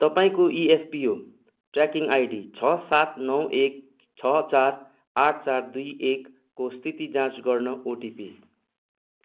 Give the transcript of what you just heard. तपाईँको EPFO tracking ID छ सात नौ एक छ चार आठ चार दुई एकको स्थिति जाँच गर्न ओटिपी